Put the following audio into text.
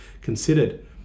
considered